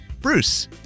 Bruce